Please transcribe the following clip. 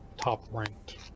top-ranked